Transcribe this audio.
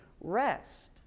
rest